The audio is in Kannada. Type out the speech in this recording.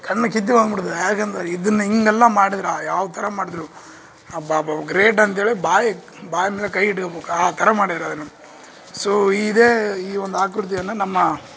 ಕಣ್ಣು ಕಿತ್ತು ಬಂದ್ಬಿಡ್ತದೆ ಯಾಕೆಂದ್ರೆ ಇದನ್ನು ಹಿಂಗೆಲ್ಲ ಮಾಡಿದ್ರೆ ಯಾವ ಥರ ಮಾಡಿದ್ರು ಅಬ್ಬಾಬಾಬ್ಬಾ ಗ್ರೇಟ್ ಅಂತ ಹೇಳಿ ಬಾಯಿ ಬಾಯಿ ಮೇಲೆ ಕೈ ಇಟ್ಕೋಬೇಕು ಆ ಥರ ಮಾಡಿದ್ದಾರೆ ಅದನ್ನು ಸೋ ಇದೇ ಈ ಒಂದು ಆಕೃತಿಯನ್ನು ನಮ್ಮ